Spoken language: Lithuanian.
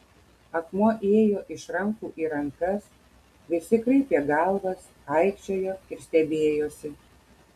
akmuo ėjo iš rankų į rankas visi kraipė galvas aikčiojo ir stebėjosi